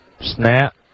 Snap